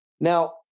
Now